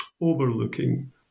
overlooking